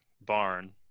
barn